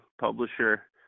publisher